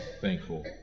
thankful